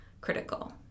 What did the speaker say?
critical